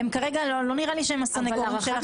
עושים.